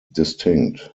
distinct